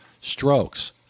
Strokes